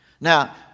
Now